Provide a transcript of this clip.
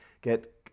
get